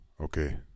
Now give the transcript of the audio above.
okay